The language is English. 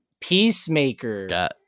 peacemaker